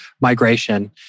migration